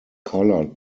color